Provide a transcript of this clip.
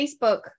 Facebook